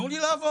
תנו לי לעבוד.